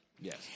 Yes